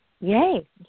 Yay